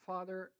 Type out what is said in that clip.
Father